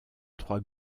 trois